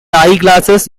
eyeglasses